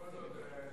בכל זאת,